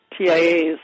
TIAs